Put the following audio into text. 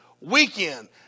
weekend